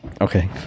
Okay